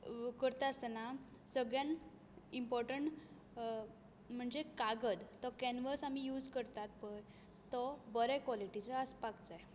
करता आसतना सगळ्यांत इम्पोर्टंट म्हणजें कागद जो कॅन्वस आमी यूझ करतात पळय तो बरे कॉलिटिचो आसपाक जाय